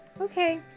Okay